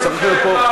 אין ממשלת מעבר.